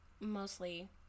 mostly